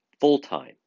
full-time